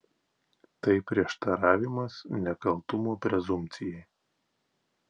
tai prieštaravimas nekaltumo prezumpcijai